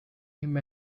him